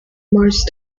marched